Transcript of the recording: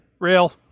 Real